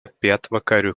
pietvakarių